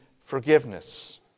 forgiveness